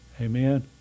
Amen